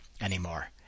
anymore